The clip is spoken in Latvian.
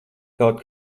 kaut